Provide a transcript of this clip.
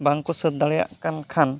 ᱵᱟᱝ ᱠᱚ ᱥᱟᱹᱛ ᱫᱟᱹᱲᱮᱭᱟᱜ ᱠᱟᱱ ᱠᱷᱟᱱ